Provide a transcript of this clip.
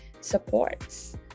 supports